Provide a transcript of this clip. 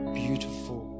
beautiful